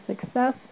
success